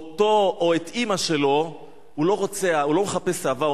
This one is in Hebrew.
אותי או את אמא שלך, הוא לא מחפש אהבה,